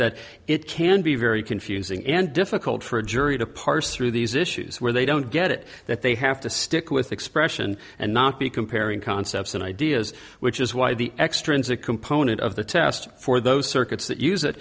that it can be very confusing and difficult for a jury to parse through these issues where they don't get it that they have to stick with expression and not be comparing concepts and ideas which is why the extrinsic component of the test for those circuits that use it